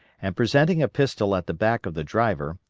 and presenting a pistol at the back of the driver,